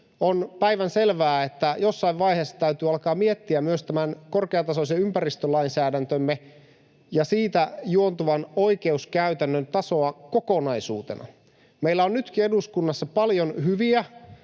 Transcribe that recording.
on päivänselvää, että jossain vaiheessa täytyy alkaa miettiä myös tämän korkeatasoisen ympäristölainsäädäntömme ja siitä juontuvan oikeuskäytännön tasoa kokonaisuutena. Meillä on nytkin eduskunnassa paljon hyviä